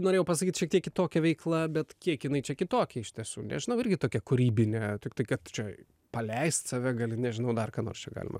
norėjau pasakyt šiek tiek kitokia veikla bet kiek jinai čia kitokia iš tiesų nežinau irgi tokia kūrybinė tiktai kad čia paleist save gali nežinau dar ką nors čia galima